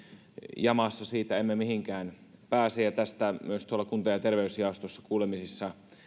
jamassa siitä emme mihinkään pääse ja tästä myös tuolla kunta ja terveysjaoston